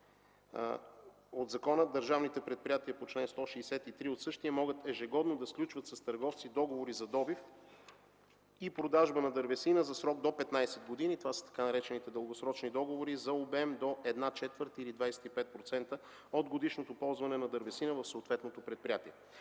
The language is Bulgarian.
от закона държавните предприятия по чл. 163 от същия могат ежегодно да сключват с търговци договори за добив и продажба на дървесина за срок до 15 години – това са така наречените дългосрочни договори за обем до една четвърт или 25% от годишното ползване на дървесина в съответното предприятие.